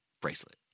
Bracelet